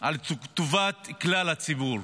על טובת כלל הציבור.